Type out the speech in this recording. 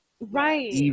Right